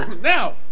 Now